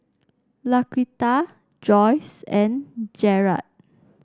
Laquita Joyce and Jarad